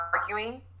arguing